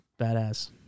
badass